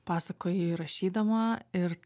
pasakoji rašydama ir